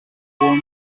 former